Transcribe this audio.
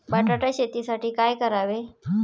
बटाटा शेतीसाठी काय करावे?